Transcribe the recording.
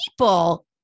people